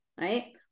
right